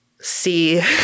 see